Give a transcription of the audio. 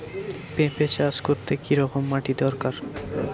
পেঁপে চাষ করতে কি রকম মাটির দরকার?